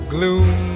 Gloom